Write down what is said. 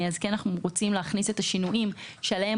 אנחנו רוצים להכניס את השינויים שעליהם